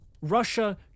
Russia